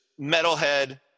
metalhead